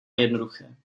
jednoduché